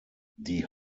die